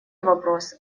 вопрос